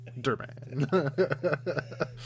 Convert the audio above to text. Derman